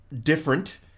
different